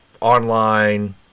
online